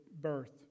birth